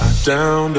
Down